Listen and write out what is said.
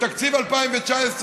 תקציב 2019,